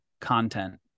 content